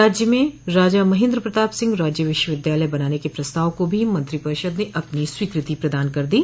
राज्य में राजा महेन्द्र प्रताप सिंह राज्य विश्वविद्यालय बनाने के प्रस्ताव को भी मंत्रिपरिषद ने अपनी स्वीकृति प्रदान कर दी